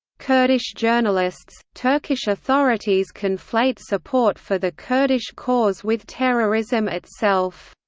kurdish journalists turkish authorities conflate support for the kurdish cause with terrorism itself.